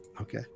Okay